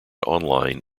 online